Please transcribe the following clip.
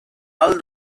ahal